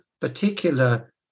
particular